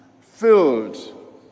filled